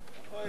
הפירו מסורת.